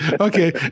Okay